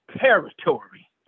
territory